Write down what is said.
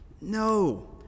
No